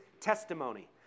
testimony